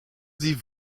sie